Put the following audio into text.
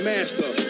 Master